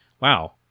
wow